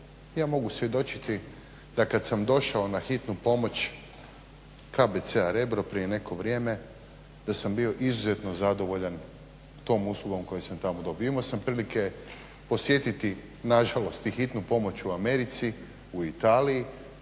Ja mogu svjedočiti da kad sam došao na Hitnu pomoć KBC-a Rebro prije neko vrijeme da sam bio izuzetno zadovoljan tom uslugom koju sam tamo dobio. Imao sam prilike posjetiti nažalost i Hitnu pomoć u Americi, u Italiji